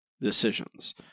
decisions